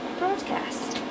broadcast